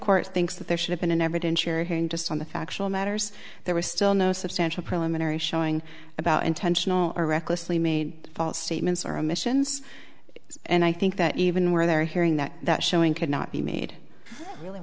court thinks that there should have been an evidentiary hearing just on the factual matters there was still no substantial preliminary showing about intentional or recklessly made false statements or emissions and i think that even where they're hearing that that showing could not be made really